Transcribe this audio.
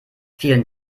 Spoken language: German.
vielen